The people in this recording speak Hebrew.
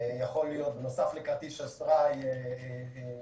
יכול להיות בנוסף לכרטיס אשראי או דרכון,